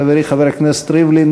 חברי חבר הכנסת ריבלין,